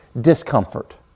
discomfort